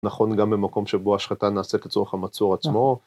נכון גם במקום שבו השחתה נעשית לצורך המצור עצמו,